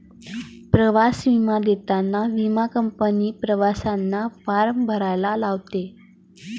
प्रवास विमा देताना विमा कंपनी प्रवाशांना फॉर्म भरायला लावते